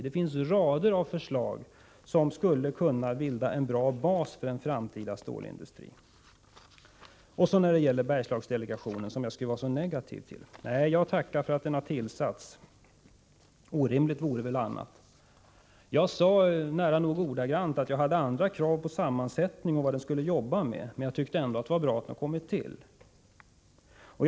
Det finns rader av förslag som skulle kunna bilda en bra bas för en framtida stålindustri. Så några ord när det gäller Bergslagsdelegationen, som jag enligt industriministern skulle vara så negativ till. Nej, jag tackar för att delegationen har tillsatts — orimligt vore det väl annars. Jag sade nära nog ordagrant att jag hade andra krav i fråga om delegationens sammansättning och arbetsuppgifter, men jag förklarade att jag ändå tyckte att det var bra att delegationen tillsatts.